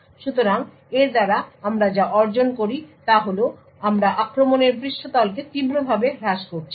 সুতরাং এর দ্বারা আমরা যা অর্জন করি তা হল আমরা আক্রমণের পৃষ্ঠতলকে তীব্রভাবে হ্রাস করছি